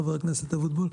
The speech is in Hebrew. חבר הכנסת אבוטבול.